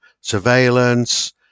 surveillance